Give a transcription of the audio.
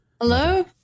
Hello